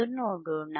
ಎಂದು ನೋಡೋಣ